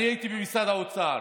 אני הייתי במשרד האוצר